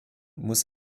muss